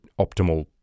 optimal